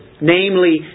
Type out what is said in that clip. namely